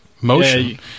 motion